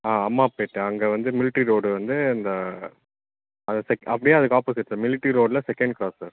ஆ அம்மாபேட்டை அங்கே வந்து military road வந்து அந்த அது செக் அப்படியே அதுக்கு ஆப்போசிட் சார் மிலிட்ரி ரோட்டில் செகண்ட் க்ராஸ் சார்